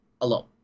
alone